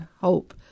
hope